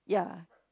ya